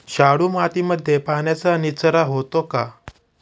शाडू मातीमध्ये पाण्याचा निचरा होतो का?